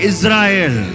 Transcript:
Israel